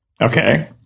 Okay